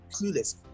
clueless